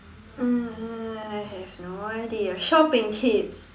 uh I have no idea shopping tips